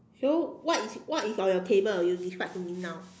so what is what is on your table you describe to me now